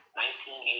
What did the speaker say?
1980